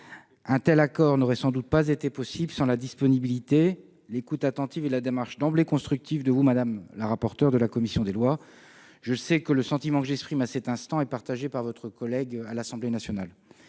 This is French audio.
Un tel accord n'aurait sans doute pas été possible sans la disponibilité, l'écoute attentive et la démarche d'emblée constructive de Mme la rapporteure de la commission des lois. Je sais, madame Jourda, que le sentiment que j'exprime à cet instant est partagé par votre homologue à l'Assemblée nationale.